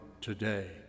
today